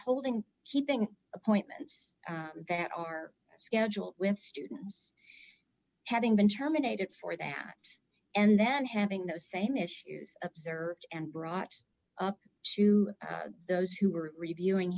holding keeping appointments that are scheduled with students having been terminated for the act and then having those same issues observed and brought up to those who were reviewing